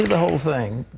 the whole thing.